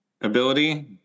ability